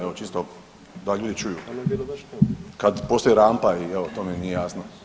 Evo čisto ta ljudi čuju, kad postoji rampa evo to mi nije jasno.